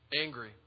angry